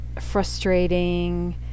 frustrating